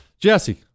Jesse